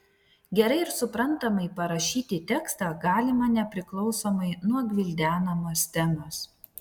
gerai ir suprantamai parašyti tekstą galima nepriklausomai nuo gvildenamos temos